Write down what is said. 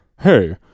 Hey